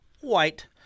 white